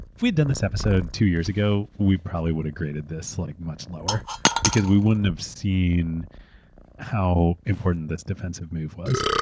we've done this episode two years ago we probably would have graded this like much lower because we wouldn't have seen how important this defensive move was.